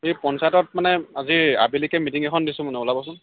এই পঞ্চায়তত মানে আজি আবেলিকে মিটিঙ এখন দিছো মানে ওলাবচোন